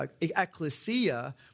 Ecclesia